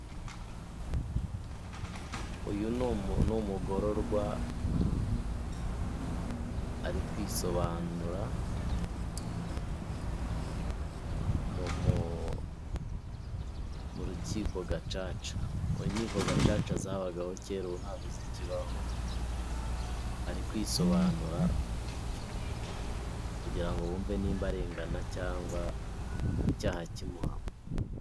Uyu ni umugororwa, ari kwisobanura mu rukiko gacaca. Inkiko gacaca zabagaho cyera ubu ntago zikibaho. Ari kwisobanura, kugirango bumve niba arengana cyangwa icyaha kimuhama.